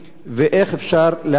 ואיך אפשר להקצות,